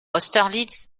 austerlitz